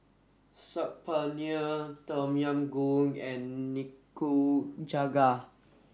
Saag Paneer Tom Yam Goong and Nikujaga